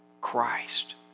Christ